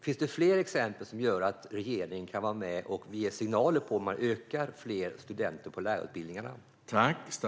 Finns det fler exempel som gör att regeringen kan vara med och ge signaler om hur man ska öka antalet studenter på lärarutbildningarna?